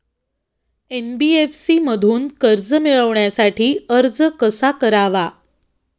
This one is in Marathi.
एन.बी.एफ.सी मधून कर्ज मिळवण्यासाठी अर्ज कसा करावा?